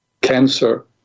cancer